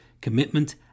commitment